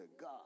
God